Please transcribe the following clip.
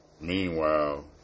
meanwhile